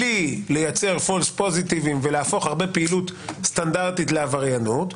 בלי לייצר פולס פוזיטבים ולהפוך הרבה פעילות סטנדרטית לעבריינות,